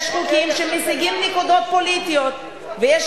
יש חוקים שמשיגים נקודות פוליטיות ויש